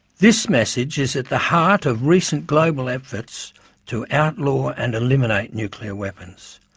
this message is at the heart of recent global efforts to outlaw and eliminate nuclear weapons.